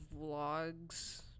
vlogs